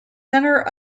center